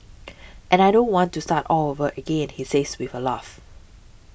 and I don't want to start all over again he says with a laugh